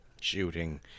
shooting